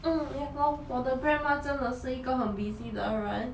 oh ya lor 我的 grandma 真的是一个很 busy 的人